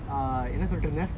err in the salty leh